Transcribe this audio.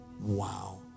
Wow